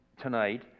tonight